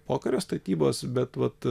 pokario statybos bet vat